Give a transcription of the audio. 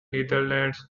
netherlands